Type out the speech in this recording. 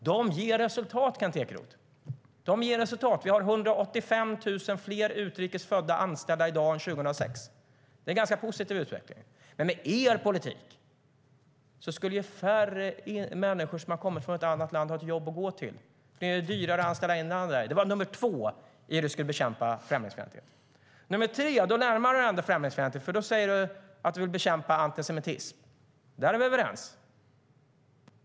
De ger resultat, Kent Ekeroth. Vi har 185 000 fler utrikes födda anställda i dag än 2006. Det är en ganska positiv utveckling. Men med er politik skulle färre människor som har kommit från ett annat land ha ett jobb att gå till. Ni vill göra det dyrare att anställa invandrare. Det var nummer två av dina förslag på hur man ska bekämpa främlingsfientlighet. I ditt tredje förslag närmar du dig ändå främlingsfientlighet, för då säger du att du vill bekämpa antisemitism. Där är vi överens.